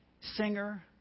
singer